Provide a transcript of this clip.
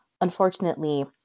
unfortunately